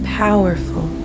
powerful